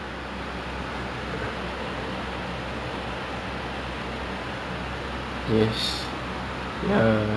oh oh I know so you are saving the earth by not eating sayur because you love the earth then the earth need more sayur